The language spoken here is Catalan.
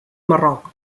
marroc